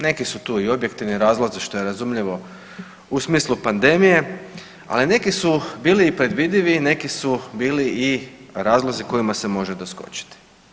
Neki su tu i objektivni razlozi što je razumljivo u smislu pandemije, ali neki su bili i predvidivi, neki su bili i razlozi kojima se može doskočiti.